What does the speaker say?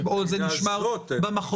מבחינה זאת אין.